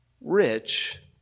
rich